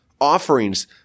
offerings